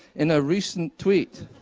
in a recent tweet,